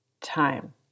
time